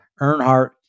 Earnhardt